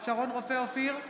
שרון רופא אופיר,